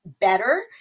Better